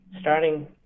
Starting